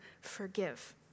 forgive